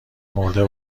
مرده